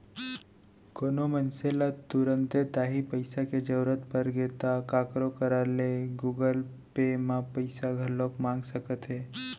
कोनो मनसे ल तुरते तांही पइसा के जरूरत परगे ता काखरो करा ले गुगल पे म पइसा घलौक मंगा सकत हे